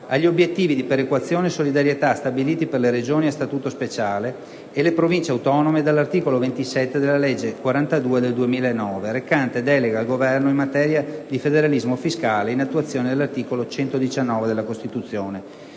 agli obiettivi di perequazione e solidarietà stabiliti per le Regioni a statuto speciale e le Province autonome dall'articolo 27 della legge n. 42 del 2009, recante delega al Governo in materia di federalismo fiscale, in attuazione dell'articolo 119 della Costituzione.